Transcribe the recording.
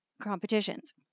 competitions